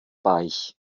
weich